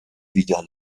wieder